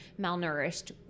malnourished